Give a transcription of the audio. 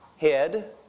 head